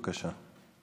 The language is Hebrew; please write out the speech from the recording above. בבקשה.